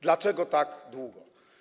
Dlaczego tak długo?